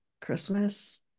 Christmas